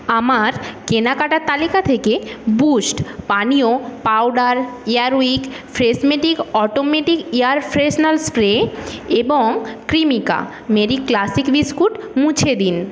আমার কেনাকাটার তালিকা থেকে বুস্ট পানীয় powder Air Wick Freshmatic automatic air freshener spray এবং ক্রিমিকা মেরি ক্লাসিক বিস্কুট মুছে দিন